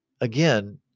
again